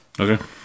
Okay